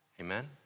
amen